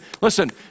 listen